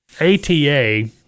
ATA